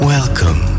Welcome